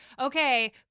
okay